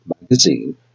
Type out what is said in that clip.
magazine